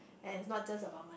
and it's not just about mon~